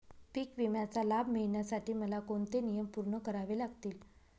पीक विम्याचा लाभ मिळण्यासाठी मला कोणते नियम पूर्ण करावे लागतील?